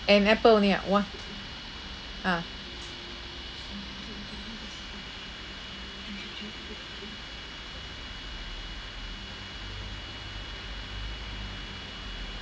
an apple only ah !wah! ah